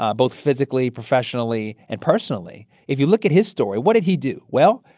ah both physically, professionally and personally. if you look at his story, what did he do? well,